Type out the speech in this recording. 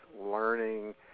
learning